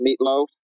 meatloaf